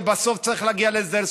שבסוף צריך להגיע להסדר,